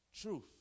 truth